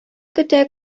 көтә